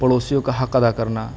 پڑوسیوں کو حق ادا کرنا